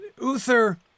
Uther